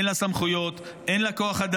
אין לה סמכויות, אין לה כוח אדם.